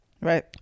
Right